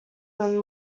them